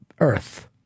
Earth